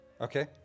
Okay